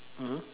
mmhmm